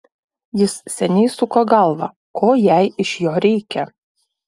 jis seniai suko galvą ko jai iš jo reikia